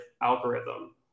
algorithm